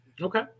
Okay